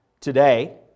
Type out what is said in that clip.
today